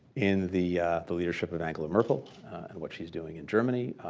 in the the leadership of angela merkel and what she's doing in germany.